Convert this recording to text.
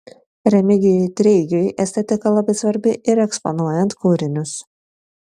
remigijui treigiui estetika labai svarbi ir eksponuojant kūrinius